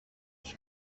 τους